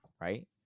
right